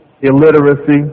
illiteracy